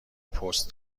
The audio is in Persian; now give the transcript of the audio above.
پست